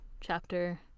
chapter